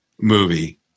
movie